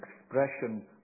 expression